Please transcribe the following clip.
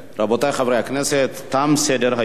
רבותי חברי הכנסת, תם סדר-היום.